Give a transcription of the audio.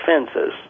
offenses